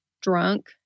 drunk